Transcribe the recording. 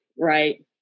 right